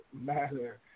Matter